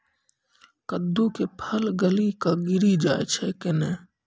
कददु के फल गली कऽ गिरी जाय छै कैने?